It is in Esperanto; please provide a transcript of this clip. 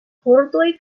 pordoj